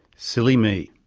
silly me.